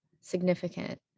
significant